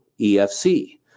EFC